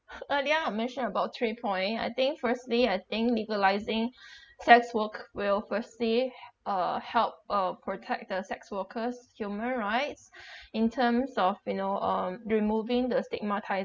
earlier I mentioned about three point I think firstly I think legalising sex work will firstly uh help uh protect the sex workers human rights in terms of you know um removing the stigmatisation